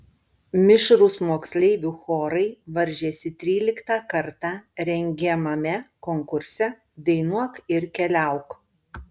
mišrūs moksleivių chorai varžėsi tryliktą kartą rengiamame konkurse dainuok ir keliauk